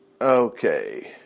Okay